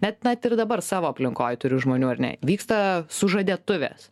net net ir dabar savo aplinkoj turiu žmonių ar ne vyksta sužadėtuvės